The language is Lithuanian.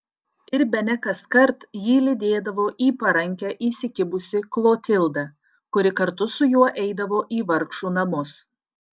ir bene kaskart jį lydėdavo į parankę įsikibusi klotilda kuri kartu su juo eidavo į vargšų namus